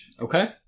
Okay